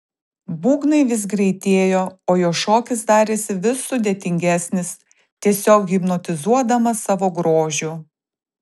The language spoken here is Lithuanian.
būgnai vis greitėjo o jo šokis darėsi vis sudėtingesnis tiesiog hipnotizuodamas savo grožiu